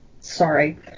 sorry